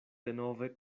denove